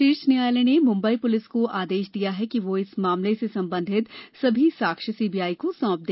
शीर्ष न्यायालय ने मुम्बई पुलिस को आदेश दिया है कि वह इस मामले से संबंधित सभी साक्ष्य सीबीआई को सौंप दे